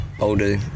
older